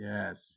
Yes